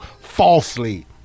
falsely